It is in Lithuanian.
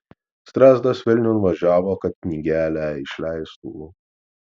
strazdas vilniun važiavo kad knygelę išleistų